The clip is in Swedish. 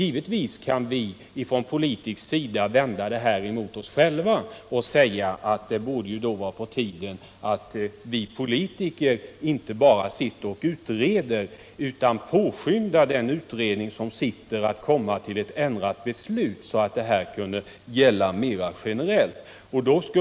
Givetvis kan vi från politisk sida vända detta mot oss själva och säga att det borde vara på tiden att vi politiker inte bara sitter och utreder utan påskyndar den tillsatta utredningen, så att det kan bli en ändring och mera generella bestämmelser.